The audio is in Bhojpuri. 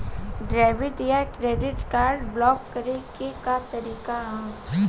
डेबिट या क्रेडिट कार्ड ब्लाक करे के का तरीका ह?